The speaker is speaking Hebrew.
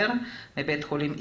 מבית חולים איכילוב,